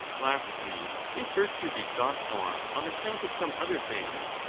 lastly, if virtue be sought for on account of some other things,